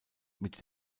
mit